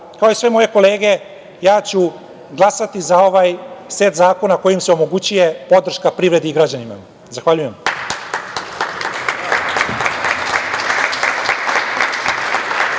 kao i sve moje kolege ja ću glasati za ovaj set zakona kojim se omogućuje podrška privredi i građanima. Zahvaljujem.